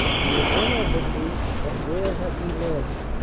we have won our victory. but where have we landed?